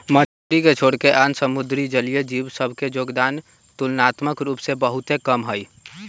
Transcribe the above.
मछरी के छोरके आन समुद्री जलीय जीव सभ के जोगदान तुलनात्मक रूप से बहुते कम हइ